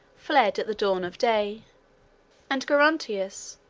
fled at the dawn of day and gerontius,